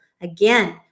again